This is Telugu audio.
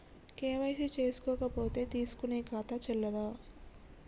కే.వై.సీ చేసుకోకపోతే తీసుకునే ఖాతా చెల్లదా?